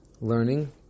Learning